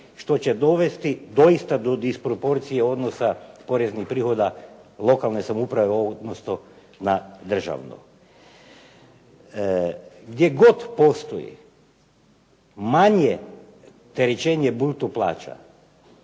što će dovesti doista do disproporcije odnosa poreznih prihoda lokalne samouprave u odnosu na državu. Gdje god postoji manje terećenje bruto plaća